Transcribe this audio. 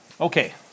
Okay